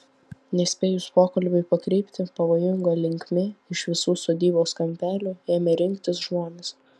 nespėjus pokalbiui pakrypti pavojinga linkme iš visų sodybos kampelių ėmė rinktis žmonės